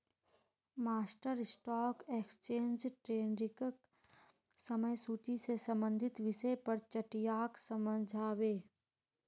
master stock exchange ट्रेडिंगक समय सूची से संबंधित विषय पर चट्टीयाक समझा बे